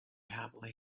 happily